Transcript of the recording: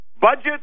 Budget